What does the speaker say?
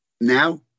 Now